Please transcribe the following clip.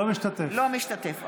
לא משתתף.